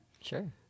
Sure